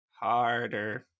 Harder